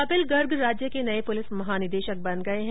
कपिल गर्ग राज्य के नये पुलिस महानिदेशक बन गये है